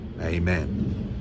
Amen